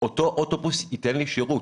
אותו אוטובוס ייתן לי שירות.